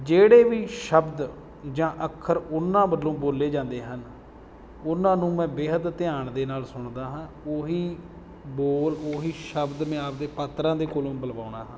ਜਿਹੜੇ ਵੀ ਸ਼ਬਦ ਜਾਂ ਅੱਖਰ ਉਹਨਾਂ ਵੱਲੋਂ ਬੋਲੇ ਜਾਂਦੇ ਹਨ ਉਹਨਾਂ ਨੂੰ ਮੈਂ ਬੇਹੱਦ ਧਿਆਨ ਦੇ ਨਾਲ ਸੁਣਦਾ ਹਾਂ ਉਹੀ ਬੋਲ ਉਹੀ ਸ਼ਬਦ ਮੈਂ ਆਪਦੇ ਪਾਤਰਾਂ ਦੇ ਕੋਲੋਂ ਬੁਲਵਾਉਂਦਾ ਹਾਂ